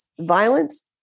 violence